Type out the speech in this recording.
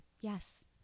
Yes